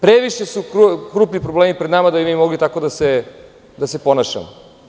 Previše su krupni problemi pred nama da bi mi mogli tako da se ponašamo.